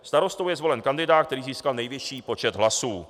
Starostou je zvolen kandidát, který získal nejvyšší počet hlasů.